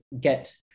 get